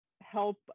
help